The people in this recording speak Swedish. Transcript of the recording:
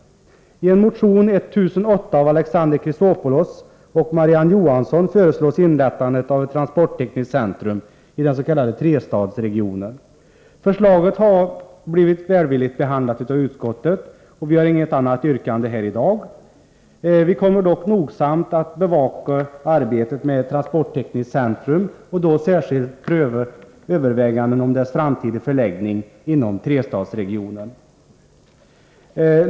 I motion 1008 av Alexander Chrisopoulos och Marie-Ann Johansson föreslås inrättande av ett transporttekniskt centrum i den s.k. trestadsregionen. Förslaget har blivit välvilligt behandlat av utskottet, och vi har inget annat yrkande än utskottet här i dag. Vi kommer dock nogsamt att bevaka arbetet med ett transporttekniskt centrum och då särskilt pröva överväganden om dess framtida förläggning inom trestadsregionen.